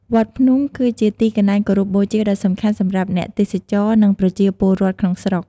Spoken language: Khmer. វត្តភ្នំ គឺជាទីកន្លែងគោរពបូជាដ៏សំខាន់សម្រាប់អ្នកទេសចរ និងប្រជាពលរដ្ឋក្នុងស្រុក។